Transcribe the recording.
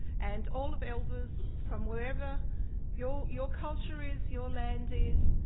and all of elders from wherever your your culture is, your land is,